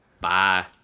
Bye